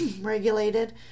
regulated